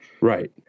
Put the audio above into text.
Right